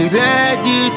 ready